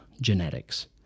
genetics